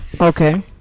okay